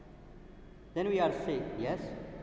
than we are say yes